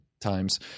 times